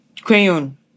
crayon